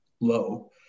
low